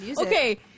Okay